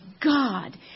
God